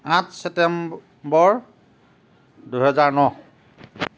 আঠ ছেপ্তেম্বৰ দুহেজাৰ ন